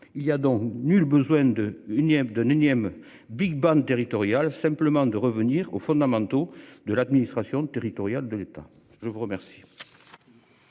il y a donc nul besoin de unième d'un énième Big bang territorial simplement de revenir aux fondamentaux de l'administration territoriale de l'État. Je vous remercie.